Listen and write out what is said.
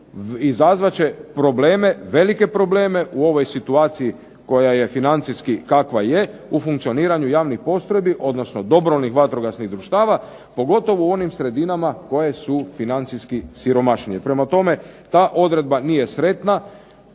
Izazvat će probleme, velike probleme u ovoj situaciji koja je financijski kakva je, u funkcioniranju javnih postrojbi, odnosno dobrovoljnih vatrogasnih društava. Pogotovo u onim sredinama koje su financijski siromašnije. Prema tome ta odredba nije sretna.